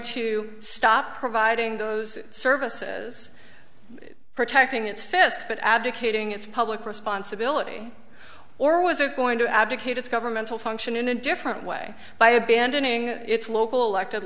to stop providing those services protecting its fist but abdicating its public responsibility or was it going to abdicate its governmental function in a different way by abandoning its local elected